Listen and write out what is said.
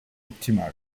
optimal